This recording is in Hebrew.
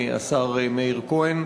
השר מאיר כהן.